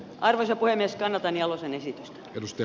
arvoisa puhemies kannatan jalosen ei sitä pysty